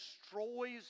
destroys